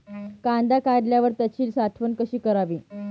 कांदा काढल्यावर त्याची साठवण कशी करावी?